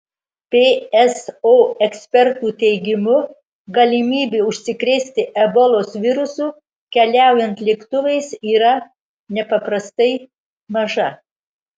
pso ekspertų teigimu galimybė užsikrėsti ebolos virusu keliaujant lėktuvais yra nepaprastai maža